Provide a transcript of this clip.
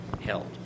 held